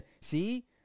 See